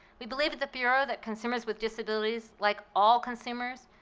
we believe at the bureau that consumers with disabilities like all consumers,